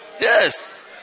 Yes